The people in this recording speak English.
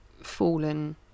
fallen